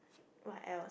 what else